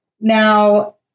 Now